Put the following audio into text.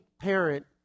parent